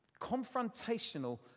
confrontational